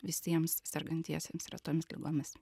visiems sergantiesiems retomis ligomis